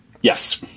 Yes